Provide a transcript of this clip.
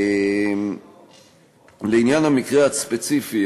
לעניין המקרה הספציפי,